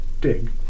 dig